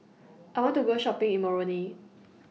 I want to Go Shopping in Moroni